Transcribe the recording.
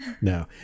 no